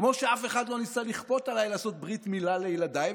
כמו שאף אחד לא ניסה לכפות עליי לעשות ברית מילה לילדיי,